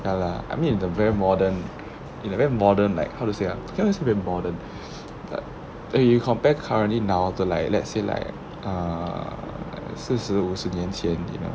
ya lah I mean in the very modern in a very modern like how to say ah because I can't really say modern like eh you compare currently now to like let's say like uh 四十五十年前 you know